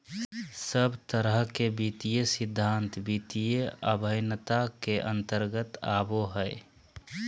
सब तरह के वित्तीय सिद्धान्त वित्तीय अभयन्ता के अन्तर्गत आवो हय